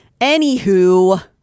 Anywho